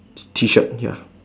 T shirt ya